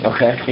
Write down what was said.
Okay